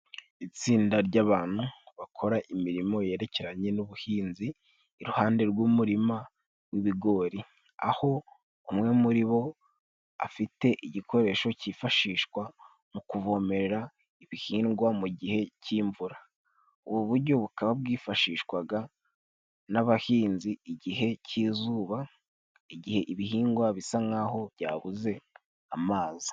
Itsinda ry'abantu bakora imirimo yerekeranye n'ubuhinzi, iruhande rw'umurima w'ibigori, aho umwe muri bo afite igikoresho cyifashishwa mu kuvomerera ibihingwa mu gihe cy'imvura. Ubu buryo bukaba bwifashishwa n'abahinzi igihe cy'izuba, igihe ibihingwa bisa nk'aho byabuze amazi.